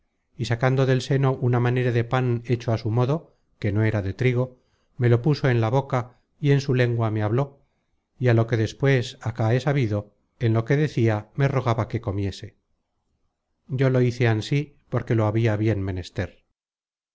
y sacando del seno una manera de pan hecho á su modo que no era de trigo me lo puso en la boca y en su lengua me habló y á lo que despues acá he sabido en lo que decia me rogaba que comiese yo lo hice mano y me